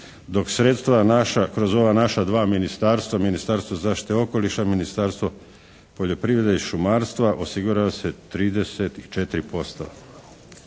dok sredstva naša kroz ova naša dva ministarstva, Ministarstvo zaštite okoliša, Ministarstvo poljoprivrede i šumarstva osiguralo se i 34%.